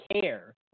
care